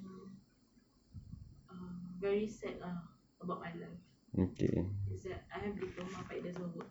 um very sad lah about my life is that I have diploma but it doesn't work